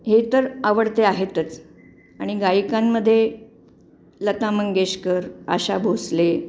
हे तर आवडते आहेतच आणि गायिकांमध्ये लता मंगेशकर आशा भोसले